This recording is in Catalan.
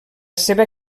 seva